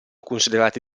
considerate